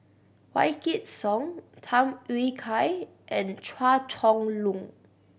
Wykidd Song Tham Yui Kai and Chua Chong Long